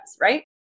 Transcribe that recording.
right